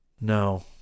No